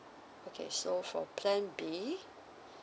okay so for plan B